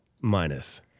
Minus